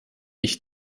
ich